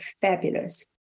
fabulous